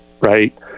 right